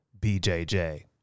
BJJ